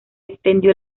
extendió